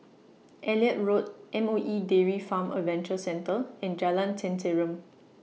Elliot Road M O E Dairy Farm Adventure Centre and Jalan Tenteram